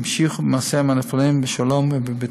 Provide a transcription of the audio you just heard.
ימשיכו במעשיהם הנפלאים, בשלום ובבטחה.